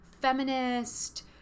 feminist